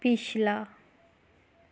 पिच्छला